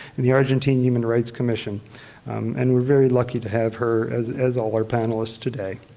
and the argentine human rights commission and we're very lucky to have her as as all our panelists today.